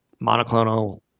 monoclonal